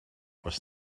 was